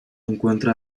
encuentra